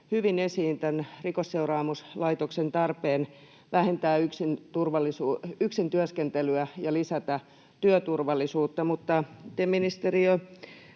hyvin esiin Rikosseuraamuslaitoksen tarpeen vähentää yksin työskentelyä ja lisätä työturvallisuutta, mutta, ministeri